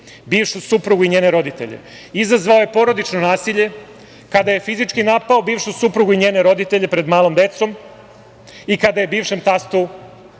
bivšu suprugu i njene roditelje. Izazvao je porodično nasilje kada je fizički napao bivšu suprugu i njene roditelje pred malom decom i kada je bivšem tastu,